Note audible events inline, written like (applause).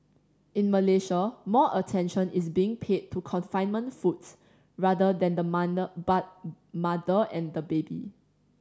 in Malaysia more attention is being paid to confinement foods rather than the (unintelligible) mother and the baby